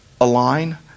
align